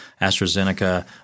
AstraZeneca